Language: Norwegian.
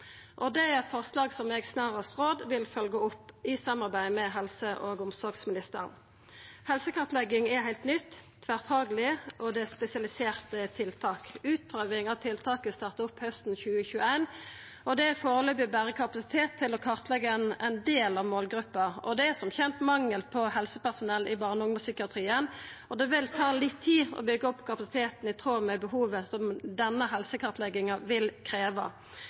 Det er eit forslag som eg snarast råd vil følgja opp i samarbeid med helse- og omsorgsministeren. Helsekartlegging er heilt nytt, og det er eit tverrfagleg spesialisert tiltak. Utprøving av tiltaket starta opp hausten 2021, og det er foreløpig berre kapasitet til å kartleggja ein del av målgruppa – det er som kjent mangel på helsepersonell i barne- og ungdomspsykiatrien, og det vil ta litt tid å byggja opp kapasiteten i tråd med behova som denne helsekartlegginga vil krevja.